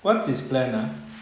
what's his plan ah